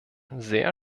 sehr